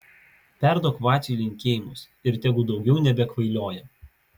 perduok vaciui linkėjimus ir tegu daugiau nebekvailioja